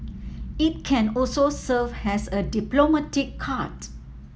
it can also serve as a diplomatic card